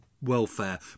Welfare